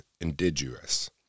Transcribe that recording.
indigenous